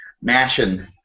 mashing